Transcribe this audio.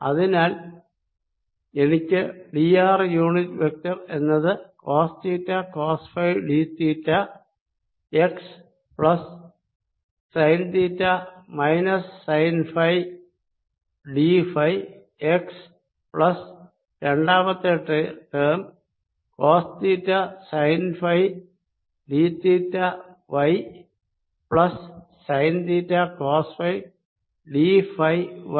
അതിനാൽ എനിക്ക് d r unit vector എന്നത് cos theta cos phi d theta x plus sine theta minus sine phi d phi x plus രണ്ടാമത്തെ term cos theta sine phi d theta y plus sine theta cos phi d phi Y